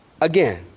again